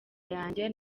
yanjye